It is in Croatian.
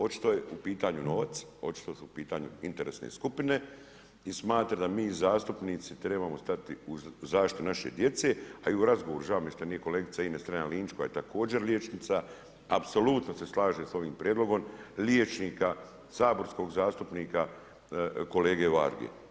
Očito je u pitanju novac, očito su u pitanju interesne skupine i smatram da mi zastupnici trebamo stati u zaštiti naše djece, a i u razgovoru, žao mi je što nije kolegica Ines STrenja-Linić koja je također liječnica apsolutno se slaže sa ovim prijedlogom, liječnika, saborskog zastupnika, kolege Varge.